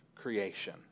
creation